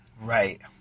Right